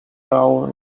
wrote